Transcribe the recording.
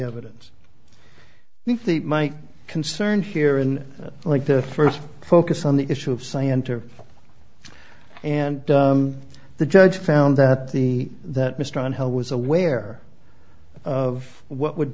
evidence my concern here in like the first focus on the issue of scienter and the judge found that the that mr on hell was aware of what would